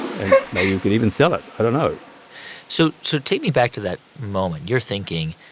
and maybe we can even sell it. i don't know so so take me back to that moment. you're thinking,